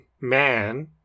man